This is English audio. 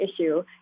issue